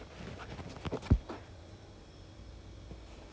每次有 they were they were showing on australian T_V and all that [one] right